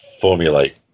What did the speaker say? formulate